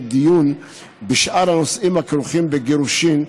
דיון בשאר הנושאים הכרוכים בגירושים,